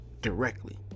directly